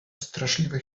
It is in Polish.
straszliwe